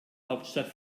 hauptstadt